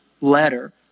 letter